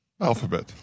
Alphabet